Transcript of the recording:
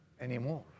anymore